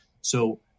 So-